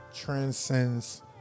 Transcends